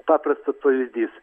paprastas pavyzdys